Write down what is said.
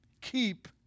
keep